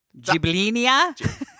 Giblinia